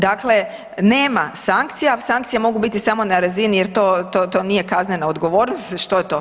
Dakle, nema sankcija, sankcije mogu biti samo na razini jer to nije kaznena odgovornost, što je to?